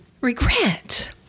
regret